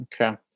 Okay